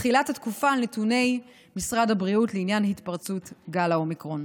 לתחילת התקופה על נתוני משרד הבריאות לעניין התפרצות גל האומיקרון.